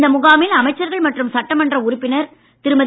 இந்த முகாமில் அமைச்சர்கள் மற்றும் சட்டமன்ற உறுப்பினர் திருமதி